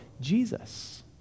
Jesus